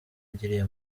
agiriye